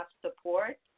support